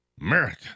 America